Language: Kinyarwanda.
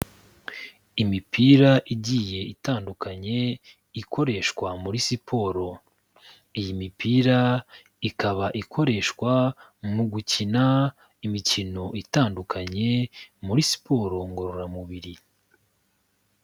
Imipira igiye itandukanye ikoreshwa muri siporo, iyi mipira ikaba ikoreshwa mu gukina imikino itandukanye muri siporo ngororamubiri.